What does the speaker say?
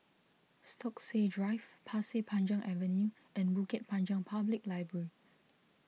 Stokesay Drive Pasir Panjang Avenue and Bukit Panjang Public Library